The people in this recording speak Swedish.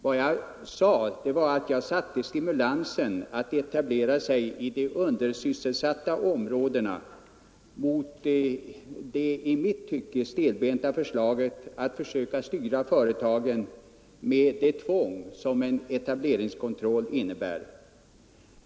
Vad jag sade var att jag satte stimulansen att etablera sig i de undersysselsatta områdena före det i mitt tycke stelbenta förslaget att försöka styra företagen med det tvång som en etableringskontroll innebär.